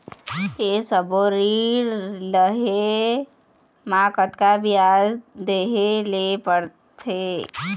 ये सब्बो ऋण लहे मा कतका ब्याज देहें ले पड़ते?